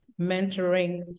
mentoring